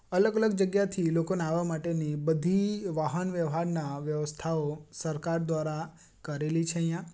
અલગ અલગ જગ્યાથી લોકોને આવા માટેની બધી વાહન વ્યવહારના વ્યવસ્થાઓ સરકાર દ્વારા કરેલી છે અહીંયા